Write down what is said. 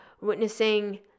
witnessing